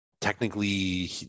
technically